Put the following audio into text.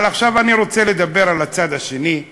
אבל עכשיו אני רוצה לדבר על הצד השני.